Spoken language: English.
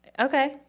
Okay